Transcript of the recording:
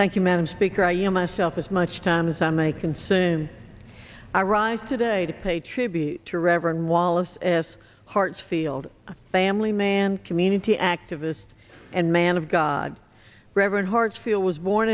thank you madam speaker i am myself as much time as i may consume i rise today to pay tribute to reverend wallace s hartsfield family man community activist and man of god reverend hartsfield was born